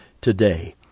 today